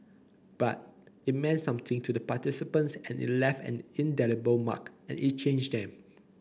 but it meant something to the participants and it left an indelible mark and it changed them